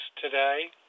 today